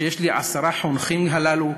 כשיש לי עשרה חונכים הללו,